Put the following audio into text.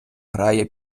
грає